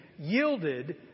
yielded